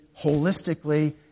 holistically